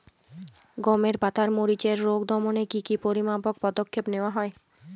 গমের পাতার মরিচের রোগ দমনে কি কি পরিমাপক পদক্ষেপ নেওয়া হয়?